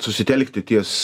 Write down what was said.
susitelkti ties